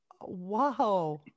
Wow